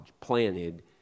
planted